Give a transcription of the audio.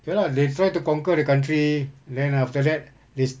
ya lah they try to conquer the country then after that sa~